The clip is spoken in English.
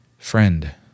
Friend